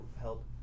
help